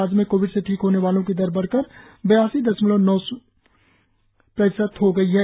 राज्य में कोविड से ठीक होने वाले की दर बढ़कर बयासी दशमलव नौ शून्य प्रतिशत हो गई है